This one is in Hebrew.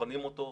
בוחנים אותו,